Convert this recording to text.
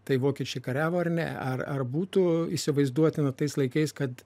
tai vokiečiai kariavo ar ne ar ar būtų įsivaizduotina tais laikais kad